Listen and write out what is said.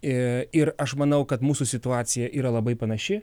ir ir aš manau kad mūsų situacija yra labai panaši